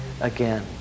again